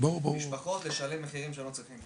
המשפחות לשלם מחיר גבוה.